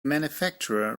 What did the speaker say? manufacturer